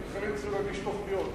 חלק צריכים להגיש תוכניות,